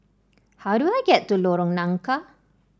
how do I get to Lorong Nangka